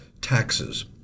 taxes